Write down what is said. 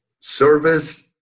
service